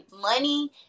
money